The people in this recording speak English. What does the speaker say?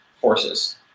forces